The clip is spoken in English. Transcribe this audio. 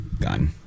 gun